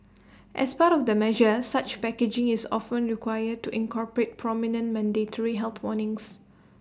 as part of the measure such packaging is often required to incorporate prominent mandatory health warnings